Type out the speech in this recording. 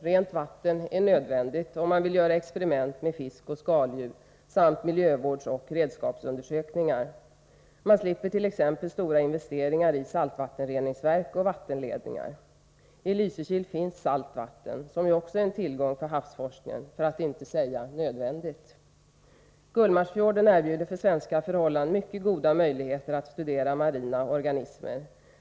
Rent vatten är nödvändigt om man vill göra experiment med fisk och skaldjur samt miljövårdsoch redskapsundersökningar. Man slipper t.ex. stora investeringar i saltvattenreningsverk och vattenledningar. I Lysekil finns salt vatten, som ju också är en tillgång för havsforskningen — för att inte säga nödvändigt! Gullmarsfjorden erbjuder för svenska förhållanden mycket goda möjligheter att studera marina organismer.